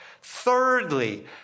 Thirdly